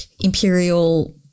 Imperial –